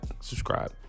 subscribe